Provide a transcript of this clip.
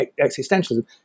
existentialism